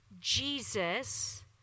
jesus